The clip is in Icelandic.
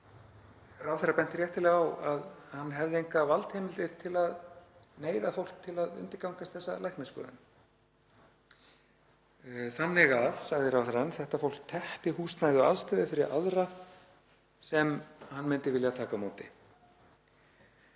Ráðherra benti réttilega á að hann hefði engar valdheimildir til að neyða fólk til að undirgangast þessa læknisskoðun. Þannig að, sagði ráðherrann, þetta fólk teppti húsnæði og aðstöðu fyrir aðra sem hann myndi vilja taka á móti.